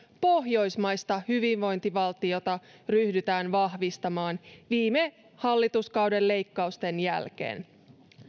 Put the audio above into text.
pohjoismaista hyvinvointivaltiota ryhdytään vahvistamaan viime hallituskauden leikkausten jälkeen